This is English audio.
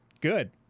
good